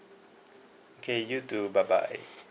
okay you too bye bye